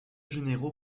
généraux